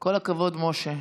כל הכבוד, משה.